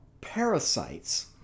parasites